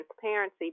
transparency